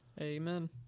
Amen